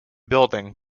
building